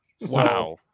Wow